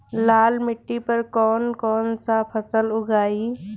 लाल मिट्टी पर कौन कौनसा फसल उगाई?